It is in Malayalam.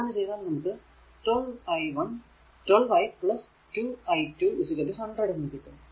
അങ്ങനെ ചെയ്താൽ നമുക്ക് 12 i 2 i2 100 എന്ന് കിട്ടും